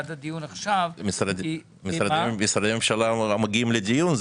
עד הדיון עכשיו --- משרדי ממשלה מגיעים לדיון,